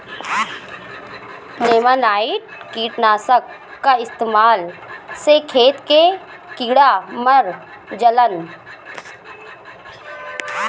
नेमानाइट कीटनाशक क इस्तेमाल से खेत के कीड़ा मर जालन